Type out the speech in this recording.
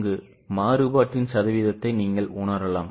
அங்கு மாறுபாட்டின் சதவீதத்தை நீங்கள் உணரலாம்